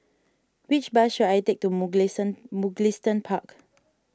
which bus should I take to Mugliston Mugliston Park